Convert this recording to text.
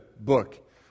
book